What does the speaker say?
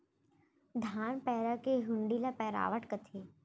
धान पैरा के हुंडी ल पैरावट कथें